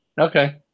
Okay